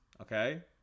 okay